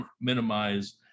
minimize